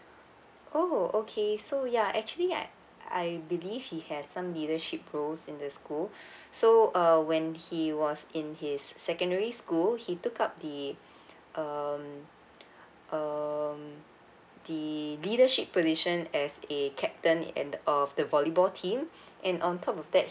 oh okay so ya actually I I believe he had some leadership roles in the school so uh when he was in his secondary school he took up the um um the leadership position as a captain of the volleyball team and on top of that